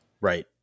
right